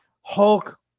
Hulk